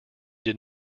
did